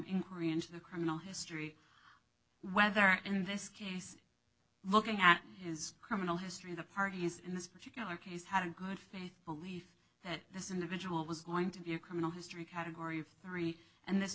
inquiry into the criminal history whether in this case looking at his criminal history the parties in this particular case had a good faith belief that this individual was going to be a criminal history category three and this